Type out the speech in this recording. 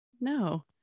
no